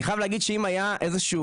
אני חייב להגיד שאם היה איזשהו,